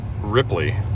Ripley